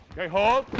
okay hold!